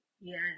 Yes